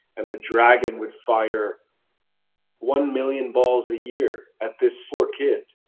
and the dragon would fire one million balls a year at this poor kid,